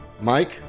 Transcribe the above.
Mike